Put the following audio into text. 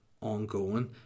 ongoing